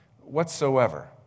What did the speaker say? whatsoever